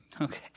Okay